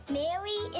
mary